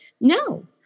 No